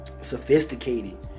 sophisticated